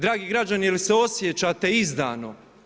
Dragi građani je li se osjećate izdano?